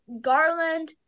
Garland